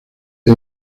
ese